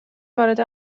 وارد